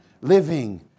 living